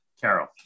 Carol